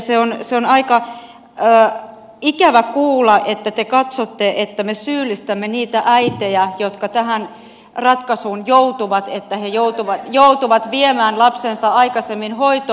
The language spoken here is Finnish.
se on aika ikävä kuulla että te katsotte että me syyllistämme niitä äitejä jotka tähän ratkaisuun joutuvat että he joutuvat viemään lapsensa aikaisemmin hoitoon